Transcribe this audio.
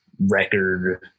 record